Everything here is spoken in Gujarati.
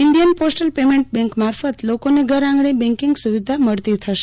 ઇન્ડીયન પોસ્ટલ પેમેન્ટ બેન્ક મારફત લોકોને ઘર આંગણે બેન્કીંગ સુવિધા મળતી થશે